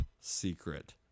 secret